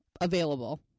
available